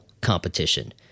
competition